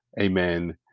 amen